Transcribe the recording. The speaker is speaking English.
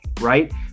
right